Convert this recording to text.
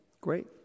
great